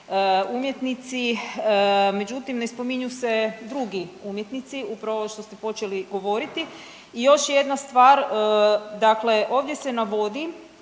umjetnici, međutim ne spominju se drugi umjetnici upravo ovo što ste počeli govoriti. I još jedna stvar, dakle ovdje se navodi